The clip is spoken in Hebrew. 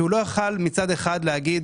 זה נעשה כדי שמצד אחד הוא לא יוכל להגיד